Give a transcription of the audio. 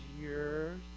years